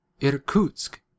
Irkutsk